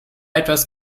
etwas